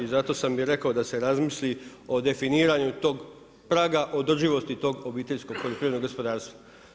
I zato sam i rekao da se razmisli o definiranju tog praga održivosti tog obiteljskog poljoprivrednog gospodarstva.